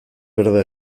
berba